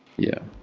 yeah.